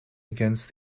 against